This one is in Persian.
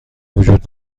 وجود